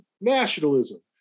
nationalism